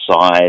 size